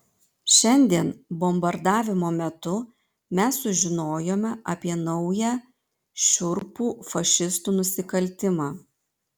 šiandien bombardavimo metu mes sužinojome apie naują šiurpų fašistų nusikaltimą